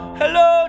hello